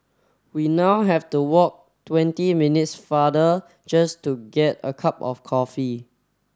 we now have to walk twenty minutes farther just to get a cup of coffee